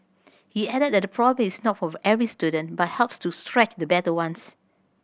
he added that the problem is not for every student but helps to stretch the better ones